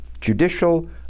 judicial